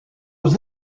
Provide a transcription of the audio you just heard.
aux